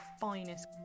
finest